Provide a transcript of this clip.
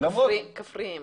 אנחנו כפריים.